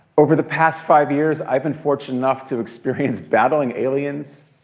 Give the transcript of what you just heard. over the past five years i've been fortunate enough to experience battling aliens,